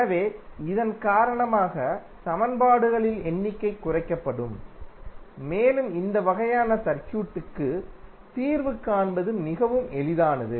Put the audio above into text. எனவே இதன் காரணமாக சமன்பாடுகளின் எண்ணிக்கை குறைக்கப்படும் மேலும் இந்த வகையான சர்க்யூட்க்கு தீர்வு காண்பது மிகவும் எளிதானது